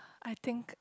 I think